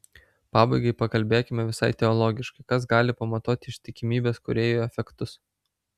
pabaigai pakalbėkime visai teologiškai kas gali pamatuoti ištikimybės kūrėjui efektus